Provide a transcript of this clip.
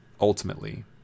ultimately